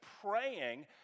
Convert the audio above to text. praying